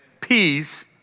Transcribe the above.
Peace